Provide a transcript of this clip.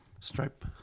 Stripe